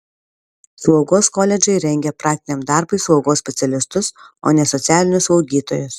slaugos koledžai rengia praktiniam darbui slaugos specialistus o ne socialinius slaugytojus